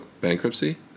bankruptcy